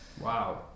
Wow